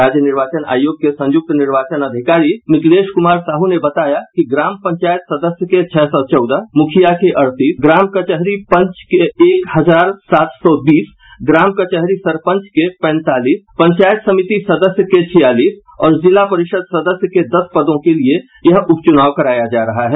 राज्य निर्वाचन आयोग के संयुक्त निर्वाचन अधिकारी मिथिलेश कुमार साहू ने बताया कि ग्राम पंचायत सदस्य के छह सौ चौदह मुखिया के अड़तीस ग्राम कचहरी पंच के एक हजार सात सौ बीस ग्राम कचहरी सरपंच के पैंतालीस पंचायत समिति सदस्य के छियालीस और जिला परिषद सदस्य के दस पदों के लिए यह उप चुनाव कराया जा रहा है